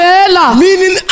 Meaning